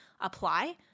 apply